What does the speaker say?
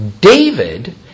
David